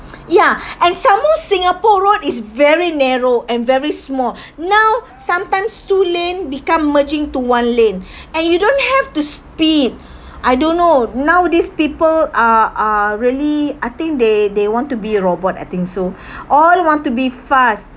ya and some more singapore road is very narrow and very small now sometimes two lane become merging to one lane and you don't have to speed I don't know nowadays people are are really I think they they want to be a robot I think so all want to be fast